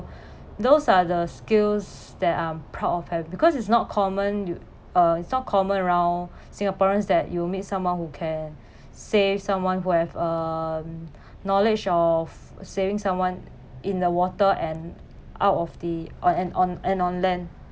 those are the skills that I'm proud of having because it's not common uh it's not common around singaporeans that you'll meet someone who can save someone who have um knowledge of saving someone in the water and out of the on and on and on land